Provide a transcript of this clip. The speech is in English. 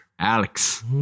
Alex